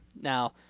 Now